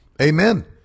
Amen